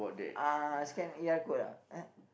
uh scan E_R code ah